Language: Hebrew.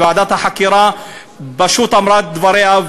ועדת החקירה פשוט אמרה את דברה,